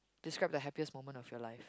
describe the happiest moment of your life